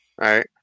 right